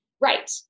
Right